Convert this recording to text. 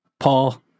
Paul